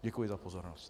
Děkuji za pozornost.